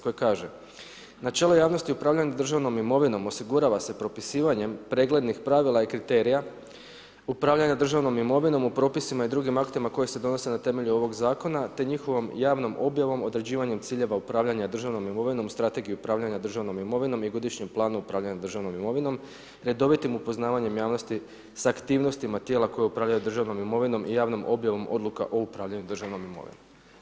Koji kaže – Načelo javnosti upravljanja državnom imovinom osigurava se propisivanjem preglednih pravila i kriterija upravljanja državnom imovinom u propisima i drugim aktima koji se donose na temelju ovoga zakona te njihovom javnom objavom određivanjem ciljeva upravljanja državnom imovinom, Strategiju upravljanja državnom imovinom i Godišnjim planom upravljanja državnom imovinom, redovitim upoznavanjem javnosti sa aktivnostima tijela koja upravljaju državnom imovinom i javnom objavom odluka o upravljanju državnom imovinom.